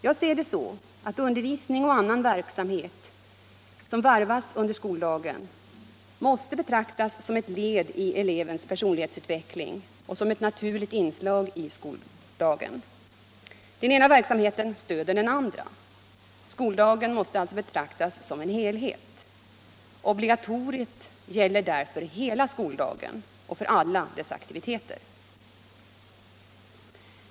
Jag ser det så att undervisning och annan verksåmhet som varvas under skoldagen måste betraktas som ett led i elevens personlighetsutveckling och som ett naturligt inslag i skoldagen. Den ena verksamheten stöder den andra. Skoldagen måste alltså betraktas som en helhet. Obligatoriet gäller därför hela skoldagen och alla dess aktiviteter.